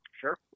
Sure